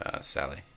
Sally